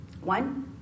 One